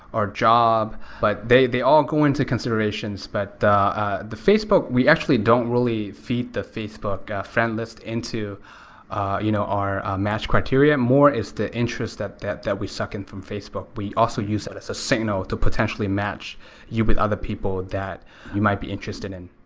or job, but they they all go into considerations. but the ah the facebook, we actually don't really feed the facebook friend list into you know our match criteria. more is the interest that that we suck in from facebook. we also use that as a signal to potentially match you with other people that you might be interested in.